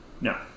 No